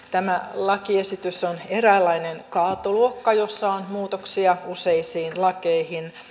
tämä lakiesitys on eräänlainen kaatoluokka jossa on muutoksia useisiin lakeihin